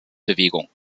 bewegung